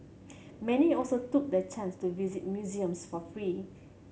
many also took the chance to visit museums for free